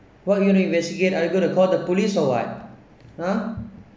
what you want to investigate are you going to call the police or what !huh!